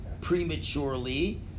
prematurely